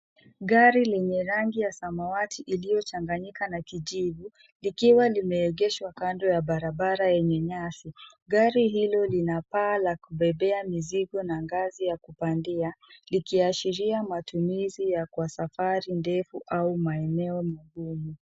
Gari lenye rangi ya samawati iliyochanganyika na kijivu, likiwa limeegeshwa kando ya barabara yenye nyasi. Gari hilo lina paa la kubebea mizigo na ngazi ya kupandia, likiashiria matumizi ya kwa safari ndefu au maeneo magumu.